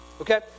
okay